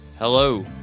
Hello